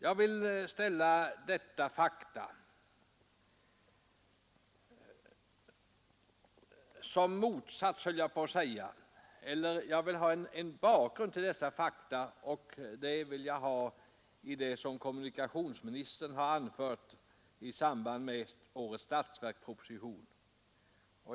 Jag vill som bakgrund till dessa fakta ställa vad kommunikationsministern har anfört i årets statsverksproposition.